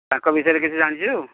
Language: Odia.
ତାଙ୍କ ବିଷୟରେ କିଛି ଜାଣିଛୁ